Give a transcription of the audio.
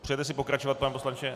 Přejete si pokračovat, pane poslanče?